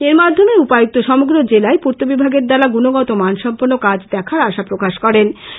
এর মাধ্যমে উপায়ক্ত সমগ্র জেলায় পূর্ত বিভাগের দ্বারা গুণগতমান সম্পন্ন কাজ দেখার আশা প্রকাশ করেছেন